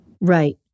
Right